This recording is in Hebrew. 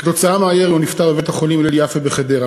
כתוצאה מהירי הוא נפטר בבית-החולים "הלל יפה" בחדרה.